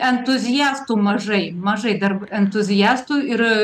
entuziastų mažai mažai dar entuziastų ir